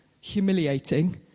humiliating